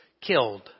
killed